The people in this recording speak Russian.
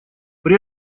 при